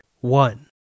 One